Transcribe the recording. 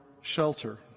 shelter